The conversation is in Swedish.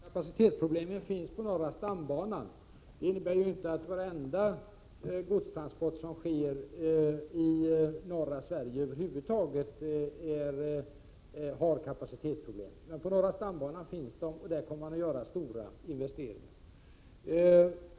Fru talman! Kapacitetsproblemen finns på norra stambanan. Det innebär ju inte att varenda godstransport som sker i norra Sverige över huvud taget utgör ett kapacitetsproblem. Men på norra stambanan finns dessa problem, och där kommer man att göra stora investeringar.